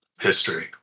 History